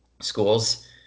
schools